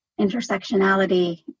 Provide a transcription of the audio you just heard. intersectionality